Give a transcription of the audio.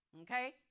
Okay